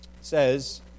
says